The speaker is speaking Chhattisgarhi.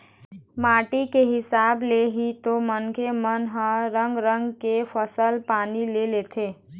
माटी के हिसाब ले ही तो मनखे मन ह रंग रंग के फसल पानी ल लेथे